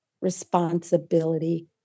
responsibility